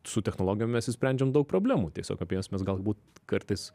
su technologijom mes išsprendžiam daug problemų tiesiog apie jas mes galbūt kartais